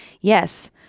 yes